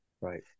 Right